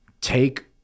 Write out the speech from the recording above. Take